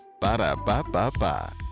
Ba-da-ba-ba-ba